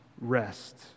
rest